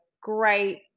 great